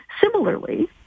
Similarly